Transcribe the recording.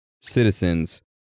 citizens